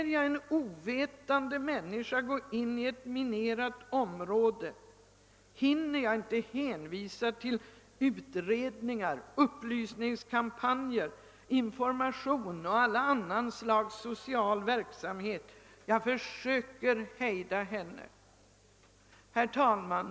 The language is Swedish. Om jag ser en ovetande människa gå in på ett minerat område, hinner jag inte hänvisa till utredningar, upplysningskampanjer, information och all annan sorts social verksamhet; jag försöker att hejda henne! Herr talman!